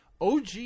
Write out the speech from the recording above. OG